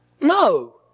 No